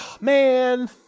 man